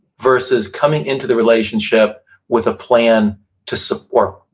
versus coming into the relationship with a plan to support,